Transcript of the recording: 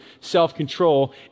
self-control